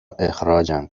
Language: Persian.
اخراجم